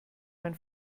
mein